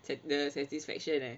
the satisfaction eh